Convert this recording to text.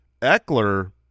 Eckler